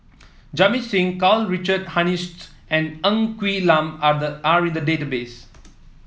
Jamit Singh Karl Richard Hanitsch and Ng Quee Lam are the are in the database